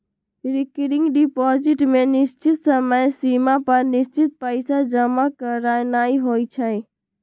recurring deposit में निश्चित समय सिमा पर निश्चित पइसा जमा करानाइ होइ छइ